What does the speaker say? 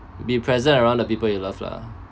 be present around the people you love lah